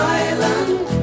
island